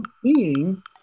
seeing